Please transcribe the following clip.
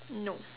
no